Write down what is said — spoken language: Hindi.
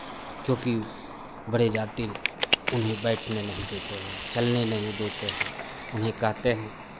क्योंकि बड़े जाति उन्हें बैठने नहीं देते हैं चलने नहीं देते हैं उन्हें कहते हैं